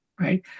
right